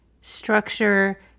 structure